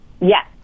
Yes